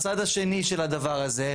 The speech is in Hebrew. הצד השני של הדבר הזה,